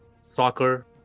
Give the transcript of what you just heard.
soccer